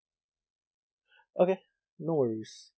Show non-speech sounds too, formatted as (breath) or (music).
(breath) okay no worries